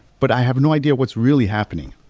but i have no idea what's really happening.